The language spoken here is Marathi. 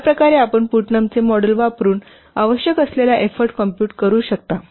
या प्रकारे आपण पुटनामचे मॉडेल वापरुन आवश्यक असलेल्या एफ्फोर्ट कॉम्पूट करू शकता